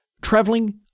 traveling